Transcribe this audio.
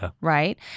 right